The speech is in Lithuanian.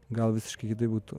gal visiškai kitaip būtų